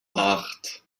acht